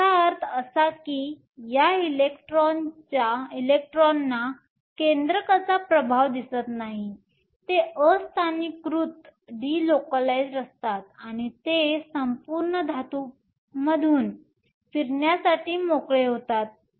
याचा अर्थ असा की या इलेक्ट्रॉनना केंद्रकाचा प्रभाव दिसत नाही ते अस्थानिकीकृत असतात आणि ते संपूर्ण धातूमधून फिरण्यासाठी मोकळे होतात